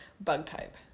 Bug-type